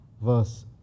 verse